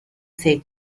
say